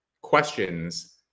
questions